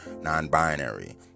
non-binary